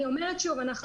אני אומרת שוב,